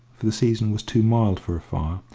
for the season was too mild for a fire,